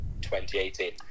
2018